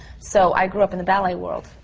so i grew up in the ballet world.